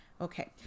Okay